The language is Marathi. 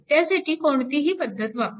त्यासाठी कोणतीही पद्धत वापरा